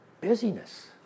Busyness